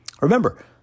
Remember